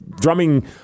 drumming